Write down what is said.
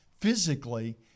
physically